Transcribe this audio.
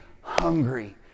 hungry